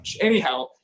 Anyhow